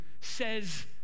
says